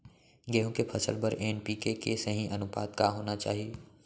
गेहूँ के फसल बर एन.पी.के के सही अनुपात का होना चाही?